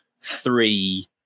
three